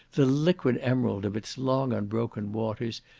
the liquid emerald of its long unbroken waters,